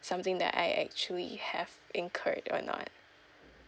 something that I actually have incurred or not